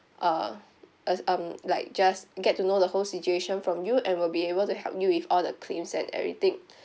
uh ass~ um like just get to know the whole situation from you and will be able to help you with all the claims and everything